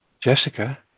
Jessica